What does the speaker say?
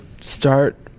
start